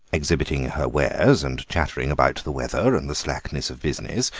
exhibiting her wares and chattering about the weather and the slackness of business,